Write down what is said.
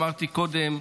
אמרתי קודם,